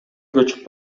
көчүп